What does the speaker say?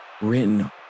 written